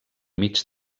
mig